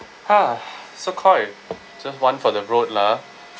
!huh! so koi just one for the road lah